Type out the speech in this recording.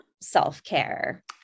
self-care